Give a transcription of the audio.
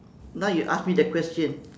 now you ask me the question